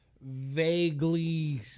vaguely